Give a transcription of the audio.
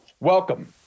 Welcome